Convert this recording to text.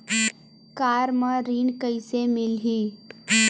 Car म ऋण कइसे मिलही?